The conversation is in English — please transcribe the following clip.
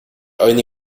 only